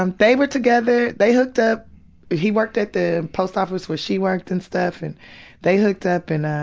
um they were together, they hooked up, and he worked at the post office where she worked and stuff, and they hooked up and, um,